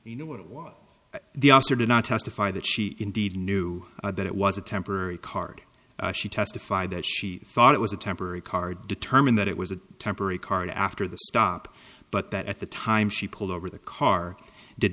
you know it was the officer did not testify that she indeed knew that it was a temporary card she testified that she thought it was a temporary card determine that it was a temporary card after the stop but that at the time she pulled over the car did